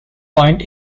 point